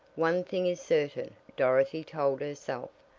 one thing is certain, dorothy told herself.